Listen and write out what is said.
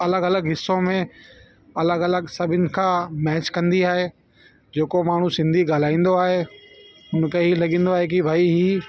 अलॻि अलॻि हिसो में अलॻि अलॻि सभिनि खां मैच कंदी आहे जेको माण्हूं सिंधी गाल्हाईंदो आहे उनखे ई लॻंदो आहे कि भाई हीउ